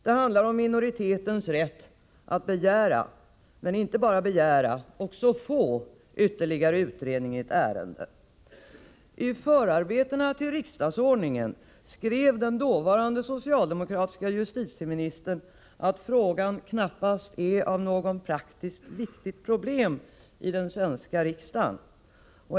Det handlar om minoritetens rätt att begära — men inte bara att begära, utan också att få — ytterligare utredning i ett ärende. I förarbetena till riksdagsordningen skrev den dåvarande socialdemokratiske justitieministern att frågan knappast är något praktiskt viktigt problem i den svenska riksdagen.